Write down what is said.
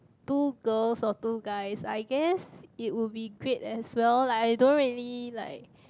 two girls or two guys I guess it will be great as well like I don't really like